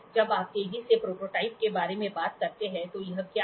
जब आप तेजी से प्रोटोटाइप के बारे में बात करते हैं तो यह क्या है